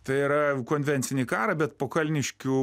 tai yra konvencinį karą bet po kalniškių